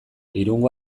irungo